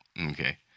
Okay